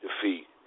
defeat